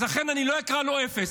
אז לכן אני לא אקרא לו אפס.